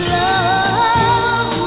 love